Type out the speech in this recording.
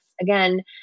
again